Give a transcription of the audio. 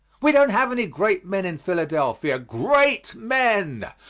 we don't have any great men in philadelphia. great men!